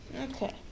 Okay